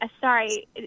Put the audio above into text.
sorry